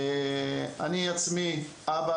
אני עצמי אבא